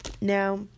Now